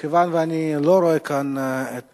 מכיוון שאני לא רואה כאן את